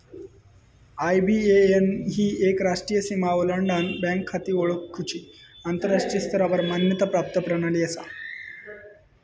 IBAN ही एक राष्ट्रीय सीमा ओलांडान बँक खाती ओळखुची आंतराष्ट्रीय स्तरावर मान्यता प्राप्त प्रणाली असा